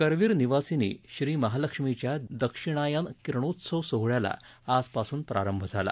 करवीरनिवासिनी श्री महालक्ष्मीच्या दक्षिणायन किरणोत्सव सोहळयाला आजपासून प्रारंभ झाला